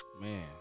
Man